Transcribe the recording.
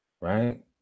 right